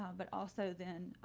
um but also then,